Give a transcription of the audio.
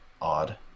odd